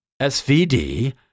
SVD